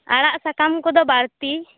ᱟᱲᱟᱜ ᱥᱟᱠᱟᱢ ᱠᱚᱫᱚ ᱵᱟᱲᱛᱤ